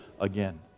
again